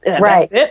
Right